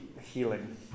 healing